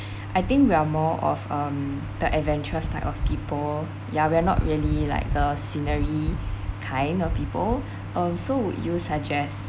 I think we are more of um the adventurous type of people yeah we are not really like the scenery kind of people um so would you suggest that